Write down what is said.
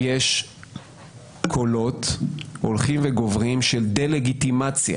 יש קולות הולכים וגוברים של דה-לגיטימציה